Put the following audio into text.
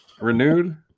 renewed